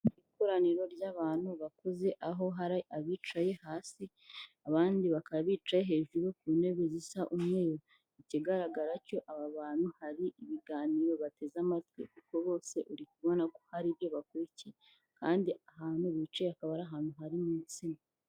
Ikoraniro ry'abantu bakuze aho hari abicaye hasi abandi bakaba bicaye hejuru ku ntebe zisa umwe, ikigaragara cyo aba bantu hari ibiganiro bateze amatwi kuko bose uri kubona ko hari ibyo bakurikiye kandi ahantu bicaye akaba ari ahantu hari insina.